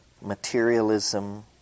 materialism